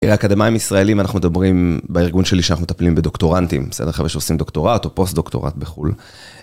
אקדמאים ישראלים, אנחנו מדברים בארגון שלי שאנחנו מטפלים בדוקטורנטים, בסדר? חבר'ה שעושים דוקטורט או פוסט דוקטורט בחו״ל.